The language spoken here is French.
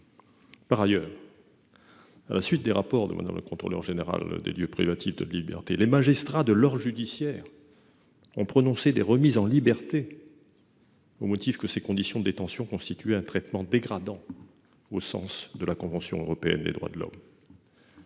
Par ailleurs, à la suite des rapports de Mme la Contrôleure générale des lieux de privation de liberté, les magistrats de l'ordre judiciaire ont prononcé des remises en liberté au motif que ces conditions de détention constituaient un traitement dégradant au sens de la Convention européenne des droits de l'homme.